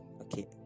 Okay